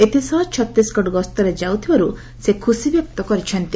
ଏଥିସହ ଛତିଶଗଡ ଗସ୍ତରେ ଯାଉଥିବାରୁ ସେ ଖୁସିବ୍ୟକ୍ତ କରିଛନ୍ତି